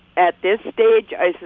at this stage, i says,